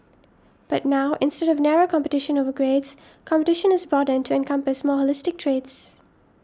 but now instead of narrow competition over grades competition is broadened to encompass more holistic traits